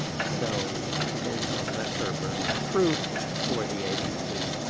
so it is a lesser burden of proof for the agency.